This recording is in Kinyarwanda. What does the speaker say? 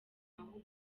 mahugurwa